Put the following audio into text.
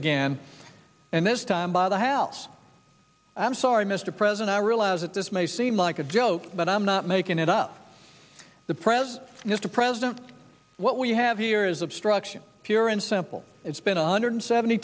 again and this time by the house i'm sorry mr president i realize that this may seem like a joke but i'm not making it up the pres mr president what we have here is obstruction pure and simple it's been a hundred seventy